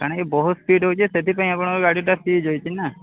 ଟାଣିକି ବହୁତ ସ୍ପିଡ଼ ହେଉଛି ସେଥିପାଇଁ ଆପଣଙ୍କ ଗାଡ଼ିଟା ସିଜ୍ ହୋଇଛି ନା